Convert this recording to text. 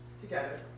Together